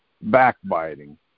backbiting